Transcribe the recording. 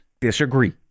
disagree